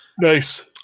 Nice